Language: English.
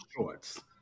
Shorts